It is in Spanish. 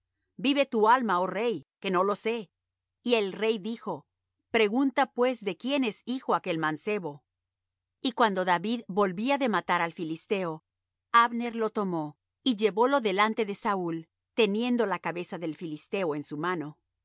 vive tu alma oh rey que no lo sé y el rey dijo pregunta pues de quién es hijo aquel mancebo y cuando david volvía de matar al filisteo abner lo tomó y llevólo delante de saúl teniendo la cabeza del filisteo en su mano